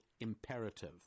Imperative